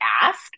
ask